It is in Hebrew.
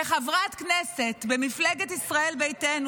כחברת כנסת במפלגת ישראל ביתנו,